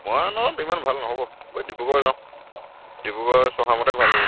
মৰাণত ইমান ভাল নহ'ব বই ডিব্ৰুগড় যাওঁ ডিব্ৰুগড় চ'হামতে ভাল হ'ব